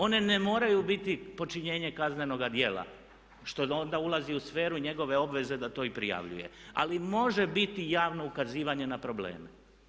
One ne moraju biti počinjenje kaznenoga djela što onda ulazi u sferu njegove obveze da to i prijavljuje, ali može biti javno ukazivanje na probleme.